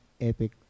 Epic